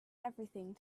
everything